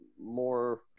more